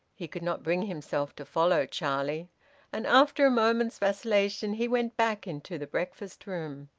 he could not bring himself to follow charlie and, after a moment's vacillation, he went back into the breakfast-room.